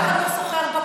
אף אחד לא סוחר בו,